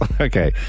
Okay